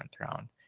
round